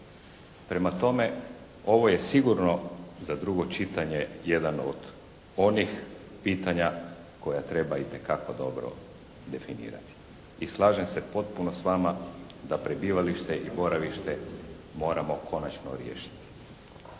Prema tome, ovo je sigurno za drugo čitanje jedan od onih pitanja koja treba itekako dobro definirati i slažem se potpuno s vama da prebivalište i boravište moramo konačno riješiti.